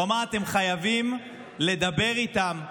הוא אמר: אתם חייבים לדבר איתם,